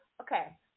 okay